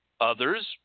Others